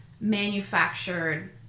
manufactured